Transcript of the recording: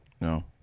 No